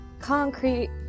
concrete